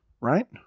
Right